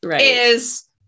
is-